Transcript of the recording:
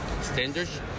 standards